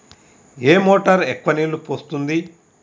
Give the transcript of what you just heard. ఏ motor ఎక్కువ నీళ్లు పోస్తుంది?